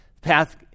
path